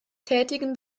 tätigen